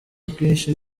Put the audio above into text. kwinshi